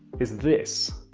is this,